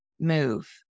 move